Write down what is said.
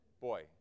boy